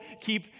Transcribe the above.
keep